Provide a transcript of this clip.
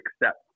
accept